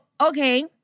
okay